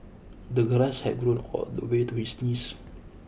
the grass had grown all the way to his knees